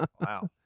Wow